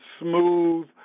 smooth